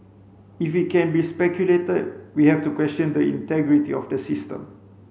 if it can be speculated we have to question the integrity of the system